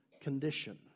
condition